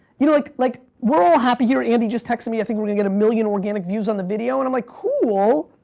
you know like like we're all happy here, andy just texted me, i think we're gonna get a million organic views on the video and i'm like, cool!